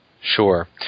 Sure